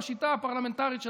בשיטה הפרלמנטרית שלנו,